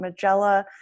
Magella